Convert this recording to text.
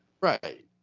Right